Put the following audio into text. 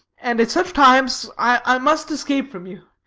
and at such times i must escape from you.